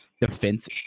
defense